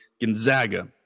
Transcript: Gonzaga